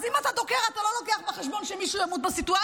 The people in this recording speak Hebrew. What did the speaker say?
אז אם אתה דוקר אתה לא לוקח בחשבון שמישהו ימות בסיטואציה.